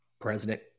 President